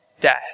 death